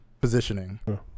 Positioning